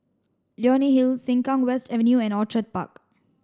Leonie Hill Sengkang West Avenue and Orchid Park